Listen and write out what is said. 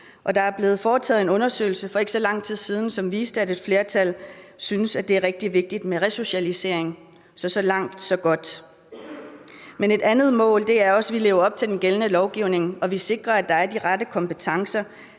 og der er blevet foretaget en undersøgelse for ikke så lang tid siden, som viste, at et flertal synes, at resocialisering er rigtig vigtigt – så så langt, så godt. Men et andet mål er også, at vi lever op til den gældende lovgivning, og at vi sikrer, at der er de rette kompetencer